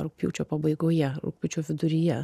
rugpjūčio pabaigoje rugpjūčio viduryje